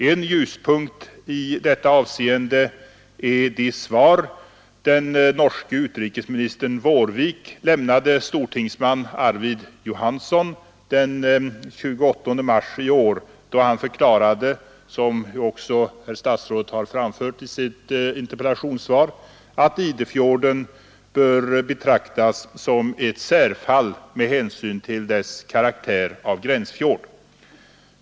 En ljuspunkt i detta avseende är det svar den norske utrikesministern Vårvik — vilket också statsrådet Bengtsson har framhållit i sitt interpellationssvar — lämnade stortingsman Arvid Johanson den 28 mars i år, då han förklarade att Idefjorden bör betraktas som ett särfall med hänsyn till sin karaktär av gränsfjord.